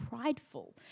prideful